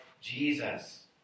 Jesus